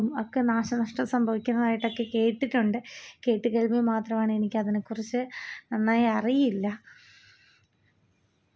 ഇപ്പോൾ ഈ റോക്കറ്റ് വിടുന്നത് ചൊവ്വയിൽ നമ്മൾ ഇന്ത്യ പോയത് അങ്ങനെയുള്ള കാര്യങ്ങളൊക്കെ വരുമ്പം ഭയങ്കര കൗതുകത്തോട് കൂടിയാണ് ശാസ്ത്ര ലോകത്തെ വാർത്തകൾ ഞാൻ കേൾക്കുന്നത്